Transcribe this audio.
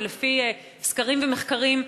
לפי סקרים ומחקרים,